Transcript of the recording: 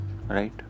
right